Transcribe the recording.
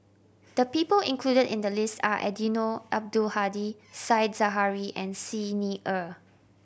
the people included in the list are Eddino Abdul Hadi Said Zahari and Xi Ni Er